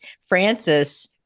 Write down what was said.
Francis